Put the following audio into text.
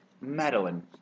Madeline